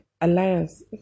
alliance